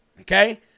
Okay